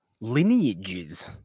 lineages